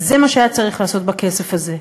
זה מה שהיה צריך לעשות בכסף הזה,